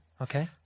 Okay